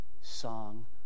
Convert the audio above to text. song